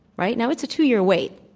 right? now, it's a two-year wait.